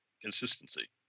consistency